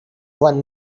one